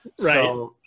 Right